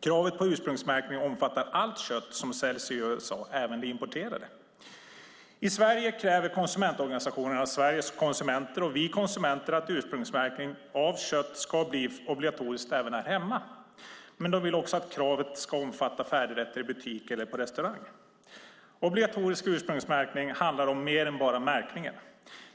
Kravet på ursprungsmärkning omfattar allt kött som säljs i USA, även det importerade. I Sverige kräver konsumentorganisationerna Sveriges Konsumenter och Vi Konsumenter att ursprungsmärkning av kött ska bli obligatorisk även här hemma. De vill även att kravet också ska omfatta färdigrätter i butik och på restaurang. Obligatorisk ursprungsmärkning handlar om mer än bara märkningen.